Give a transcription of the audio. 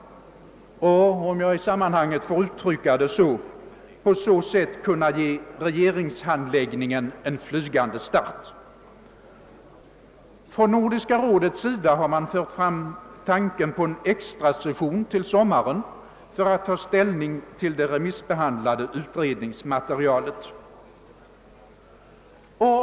Man skulle därigenom kunna ge — om jag får uttrycka mig så i sammanhanget — regeringsförhandlingarna en flygande start. Från Nordiska rådets sida har förts fram tanken på en extrasession till sommaren för att rådet skall kunna ta ställning till det remissbehandlade utredningsmaterialet.